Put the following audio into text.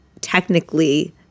technically